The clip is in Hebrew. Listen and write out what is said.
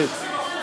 מה השתנה?